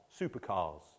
supercars